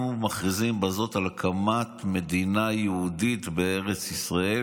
אנחנו מכריזים בזאת על הקמת מדינה יהודית בארץ ישראל,